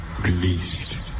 released